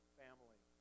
family